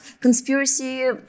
conspiracy